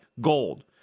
gold